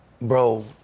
bro